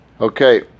Okay